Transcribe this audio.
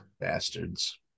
Bastards